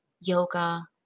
yoga